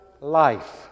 life